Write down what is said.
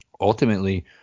ultimately